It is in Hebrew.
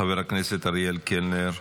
חבר הכנסת אריאל קלנר,